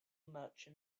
merchant